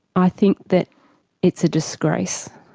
i think that it's a disgrace